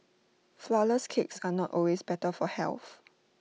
Flourless Cakes are not always better for health